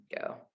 go